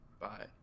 bye